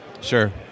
Sure